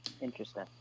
Interesting